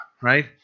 right